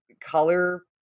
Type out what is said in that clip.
color